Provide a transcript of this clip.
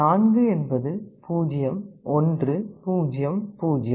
4 என்பது 0 1 0 0